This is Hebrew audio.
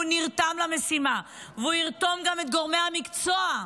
הוא נרתם למשימה, והוא ירתום גם את גורמי המקצוע,